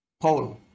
Paul